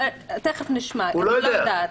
הוא לא יודע.